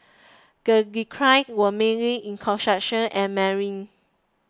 the declines were mainly in construction and marine